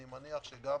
אני מניח שגם